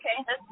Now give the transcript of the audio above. Okay